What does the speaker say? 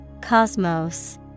Cosmos